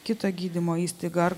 kitą gydymo įstaigą ar